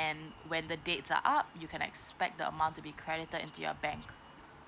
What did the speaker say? and when the dates are up you can expect the amount to be credited into your bank